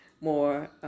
more